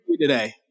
today